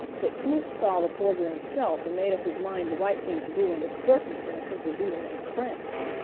but snoop saw the porter himself and made up his mind the right thing to do under the circumstances would be to make friends.